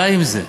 די עם זה,